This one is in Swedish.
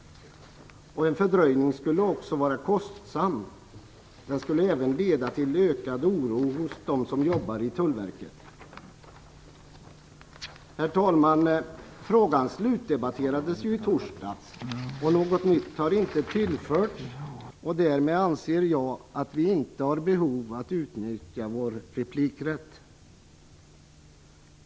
En fördröjning skulle också vara kostsam, och den skulle leda till ökad oro hos dem som jobbar i Tullverket. Herr talman! Frågan slutdebatterades i torsdags, och något nytt har inte tillförts. Därmed anser jag att vi inte har behov av att utnyttja vår replikrätt.